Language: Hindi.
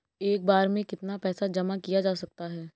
एक बार में कितना पैसा जमा किया जा सकता है?